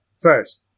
First